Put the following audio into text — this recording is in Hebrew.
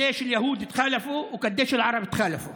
כמה יהודים נקנסו וכמה ערבים נקנסו,